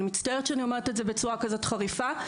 אני מצטערת שני אומרת את זה בצורה כזאת חריפה.